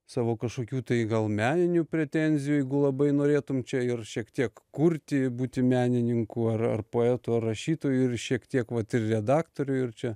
savo kažkokių tai gal meninių pretenzijų jeigu labai norėtum čia ir šiek tiek kurti būti menininku ar ar poetu ar rašytoju ir šiek tiek vat ir redaktoriu ir čia